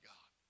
God